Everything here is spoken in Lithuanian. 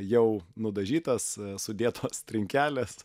jau nudažytas sudėtos trinkelės